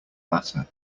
matter